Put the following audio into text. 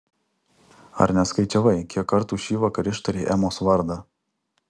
ar neskaičiavai kiek kartų šįvakar ištarei emos vardą